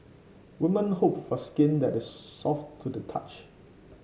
women hope for skin that is soft to the touch